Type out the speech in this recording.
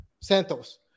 Santos